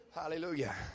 Hallelujah